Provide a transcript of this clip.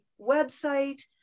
website